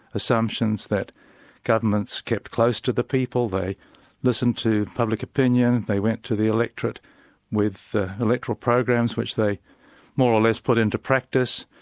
assumptions that governments get close to the people, they listen to public opinion, they went to the electorate with electoral programs which they more or less put into practice.